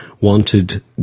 wanted